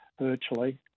virtually